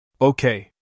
Okay